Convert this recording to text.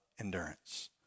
endurance